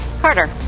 Carter